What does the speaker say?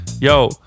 Yo